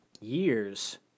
Years